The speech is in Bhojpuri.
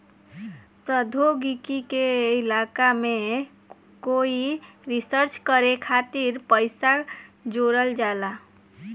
प्रौद्योगिकी के इलाका में कोई रिसर्च करे खातिर पइसा जोरल जाला